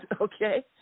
Okay